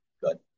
good